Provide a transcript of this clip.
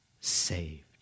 saved